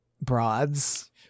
broads